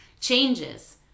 changes